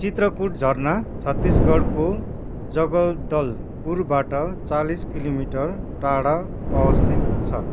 चित्रकूट झर्ना छत्तीसगढको जगदलपुरबाट चालिस किलोमिटर टाढा अवस्थित छ